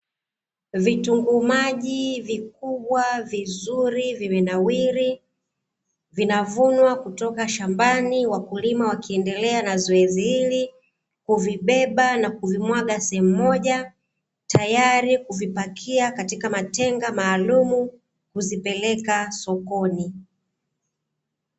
Vitunguu maji vikubwa vizuri vimenawiri vinavunwa kutoka shambani, wakulima wakiendelea na zoezi hili huvibeba na kuvimwaga sehemu moja, tayari kuvipakia katika matenga maalum kuvipeleka sokoni.